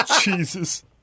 Jesus